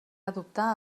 adoptar